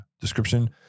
description